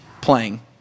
playing